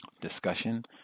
discussion